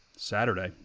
saturday